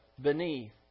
beneath